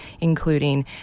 including